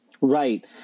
right